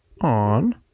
on